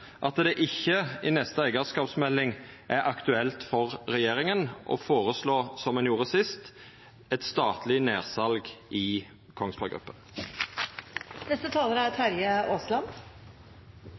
at det i neste eigarskapsmelding ikkje er aktuelt for regjeringa å føreslå, som ein gjorde sist, eit statleg nedsal i